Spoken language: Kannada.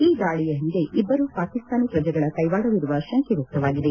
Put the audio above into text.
ಈ ದಾಳಿ ಹಿಂದೆ ಇಬ್ಬರು ಪಾಕಿಸ್ತಾನಿ ಪ್ರಜೆಗಳ ಕೈವಾಡವಿರುವ ಶಂಕೆ ವ್ಯಕ್ತವಾಗಿದೆ